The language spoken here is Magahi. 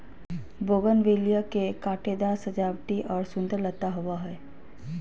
बोगनवेलिया के कांटेदार सजावटी और सुंदर लता होबा हइ